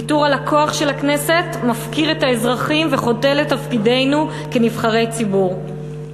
ויתור על הכוח של הכנסת מפקיר את האזרחים וחוטא לתפקידנו כנבחרי הציבור.